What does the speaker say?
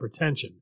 hypertension